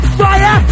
fire